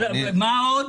על מה?